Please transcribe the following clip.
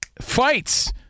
Fights